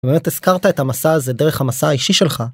באמת הזכרת את המסע הזה דרך המסע האישי שלך